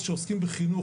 כשעוסקים בחינוך,